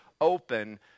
open